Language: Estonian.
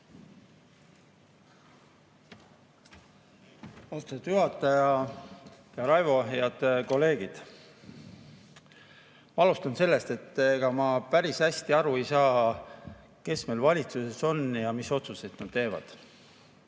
Austatud juhataja! Hea Raivo! Head kolleegid! Ma alustan sellest, et ega ma päris hästi aru ei saa, kes meil valitsuses on ja mis otsuseid nad teevad.